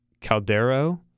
Caldero